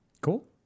cool